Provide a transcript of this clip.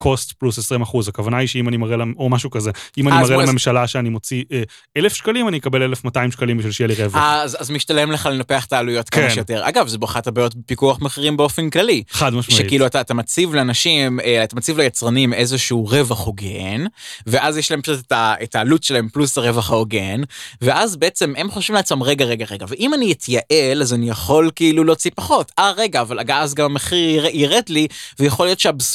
קוסט פלוס 20 אחוז הכוונה היא שאם אני מראה להם או משהו כזה אם אני מראה לממשלה שאני מוציא אלף שקלים אני אקבל 1200 שקלים בשביל שיהיה לי רווח אז אז משתלם לך לנפח תעלויות כאלה שיותר אגב זה בוחת הבעיות פיקוח מחירים באופן כללי חד משמעית שכאילו אתה אתה מציב לאנשים אתה מציב ליצרנים איזשהו רווח הוגן. ואז יש להם את העלות שלהם פלוס הרווח ההוגן ואז בעצם הם חושבים לעצמם רגע רגע רגע ואם אני אתייעל אז אני יכול כאילו להוציא פחות אה רגע אבל הגע אז גם המחיר ירד לי ויכול להיות שהבשור.